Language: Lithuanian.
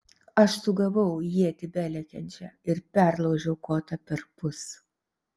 aš sugavau ietį belekiančią ir perlaužiau kotą perpus